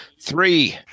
Three